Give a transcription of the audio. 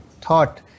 thought